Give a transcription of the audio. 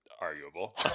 arguable